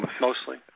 mostly